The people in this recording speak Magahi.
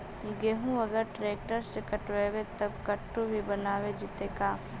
गेहूं अगर ट्रैक्टर से कटबइबै तब कटु भी बनाबे जितै का?